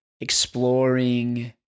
exploring